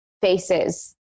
faces